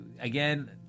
Again